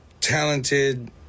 talented